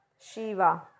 shiva